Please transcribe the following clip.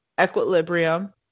Equilibrium